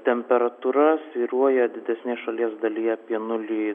temperatūra svyruoja didesnėj šalies dalyje apie nulį